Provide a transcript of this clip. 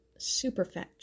Superfetch